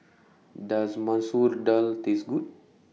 Does Masoor Dal Taste Good